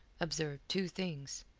observed two things.